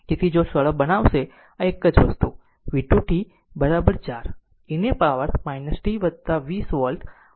તેથી જો સરળ બનાવશે એક જ વસ્તુ v2 t 4 e ને પાવર t 20 વોલ્ટ મેળવો